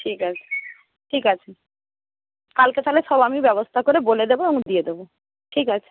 ঠিক আছে ঠিক আছে কালকে তাহলে সব আমি ব্যবস্থা করে বলে দেব এবং দিয়ে দেব ঠিক আছে